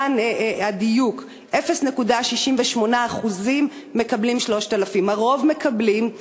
למען הדיוק, 0.68% מקבלים 3,000. הרוב מקבלים,